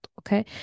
okay